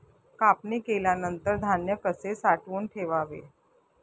कापणी केल्यानंतर धान्य कसे साठवून ठेवावे?